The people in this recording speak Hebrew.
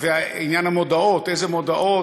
ועניין המודעות: איזה מודעות,